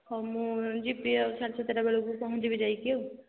ହଉ ମୁଁ ଯିବି ଆଉ ସାଢ଼େ ସାତଟା ବେଳକୁ ପହଞ୍ଚିବି ଯାଇକି ଆଉ